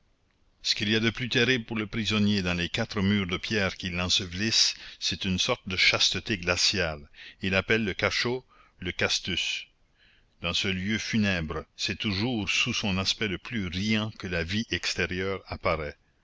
ce qu'il y a de plus terrible pour le prisonnier dans les quatre murs de pierre qui l'ensevelissent c'est une sorte de chasteté glaciale il appelle le cachot le castus dans ce lieu funèbre c'est toujours sous son aspect le plus riant que la vie extérieure apparaît